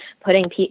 putting